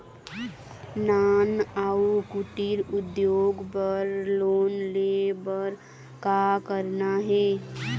नान अउ कुटीर उद्योग बर लोन ले बर का करना हे?